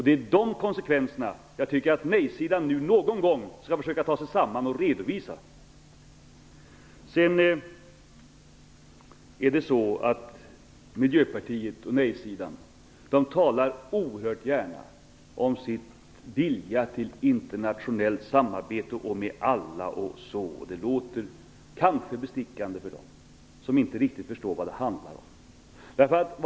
Det är dessa konsekvenser som jag tycker att nejsidan skall försöka ta sig samman och redovisa. Miljöpartiet och nej-sidan talar oerhört gärna om sin vilja till internationellt samarbete med alla. Det låter kanske bestickande för dem som inte riktigt förstår vad det handlar om.